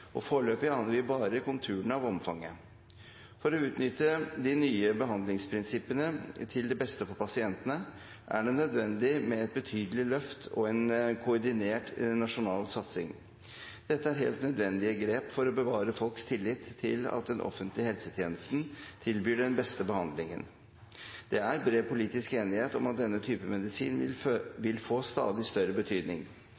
og foreløpig aner vi bare konturene av omfanget. For å utnytte de nye behandlingsprinsippene til beste for pasientene er det nødvendig med et betydelig løft og en koordinert nasjonal satsing. Dette er helt nødvendige grep for å bevare folks tillit til at den offentlige helsetjenesten tilbyr den beste behandlingen. Det er bred politisk enighet om at denne typen medisin vil